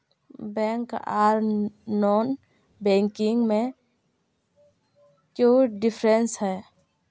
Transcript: Bank आर non banking में क्याँ डिफरेंस है?